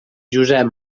josep